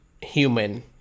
human